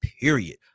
period